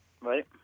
Right